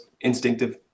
instinctive